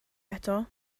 eto